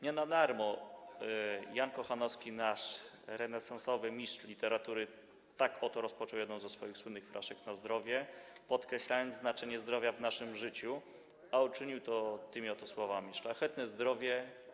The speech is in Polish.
Nie na darmo Jan Kochanowski, nasz renesansowy mistrz literatury, tak oto rozpoczął jedną ze swoich słynnych fraszek (˝Na zdrowie˝), podkreślając znaczenie zdrowia w naszym życiu, a uczynił to tymi oto słowami: Szlachetne zdrowie,